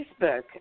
Facebook